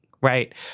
right